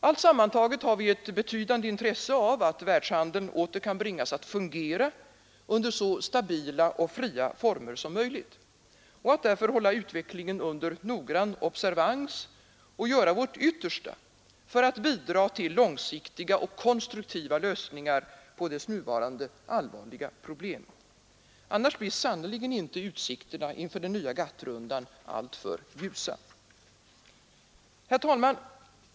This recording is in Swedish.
Allt sammantaget har vi ett betydande intresse av att världshandeln åter kan bringas att fungera under så stabila och fria former som möjligt och att därför hålla utvecklingen under noggrann observans och göra vårt yttersta för att bidra till långsiktiga och konstruktiva lösningar på dess nuvarande allvarliga problem. Annars blir sannerligen inte utsikterna inför den nya GATT-rundan alltför ljusa. Herr talman!